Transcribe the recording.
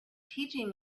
teaching